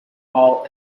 all